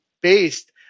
based